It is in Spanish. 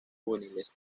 juveniles